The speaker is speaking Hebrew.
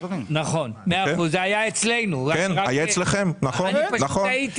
זה היה אצלנו, אני פשוט טעיתי